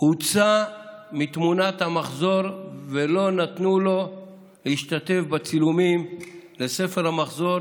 הוצא מתמונת המחזור ולא נתנו לו להשתתף בצילומים לספר המחזור